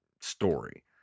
story